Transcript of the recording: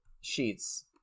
Sheets